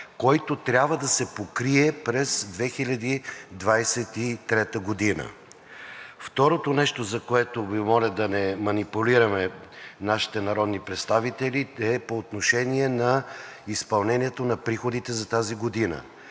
който трябва да се покрие през 2023 г. Второто нещо, за което Ви моля да не манипулираме нашите народни представители, е по отношение на изпълнението на приходите за тази година.